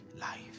life